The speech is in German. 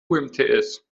umts